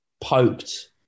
poked